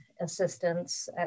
assistance